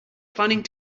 planning